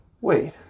wait